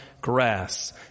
grass